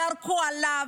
ירקו עליו.